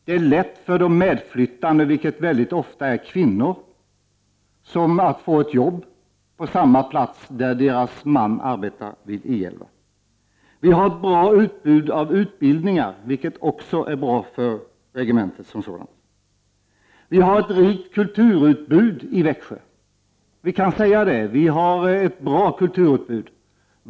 Det är lätt för de medflyttande, som ju oftast är kvinnor, att få ett jobb på samma plats där deras man arbetar. Det finns ett — Prot. 1989/90:46 bra utbud av utbildningar, vilket också är bra för regementet. 14 december 1989 Växjö har ett gott kulturutbud.